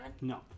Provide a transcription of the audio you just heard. No